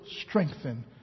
strengthen